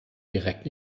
direkt